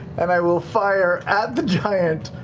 and i will fire at the giant,